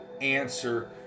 answer